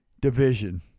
division